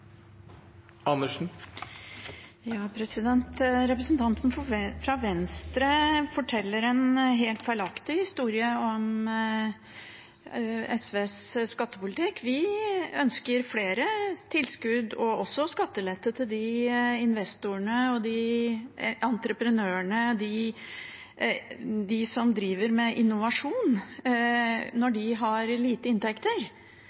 Representanten fra Venstre forteller en helt feilaktig historie om SVs skattepolitikk. Vi ønsker flere tilskudd og også skattelette til investorene og entreprenørene, de som driver med innovasjon, når de har lite inntekter.